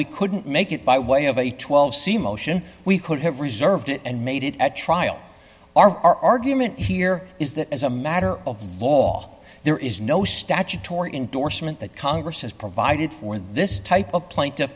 we couldn't make it by way of a twelve c motion we could have reserved it and made it at trial our argument here is that as a matter of law there is no statutory endorsement that congress has provided for this type of pla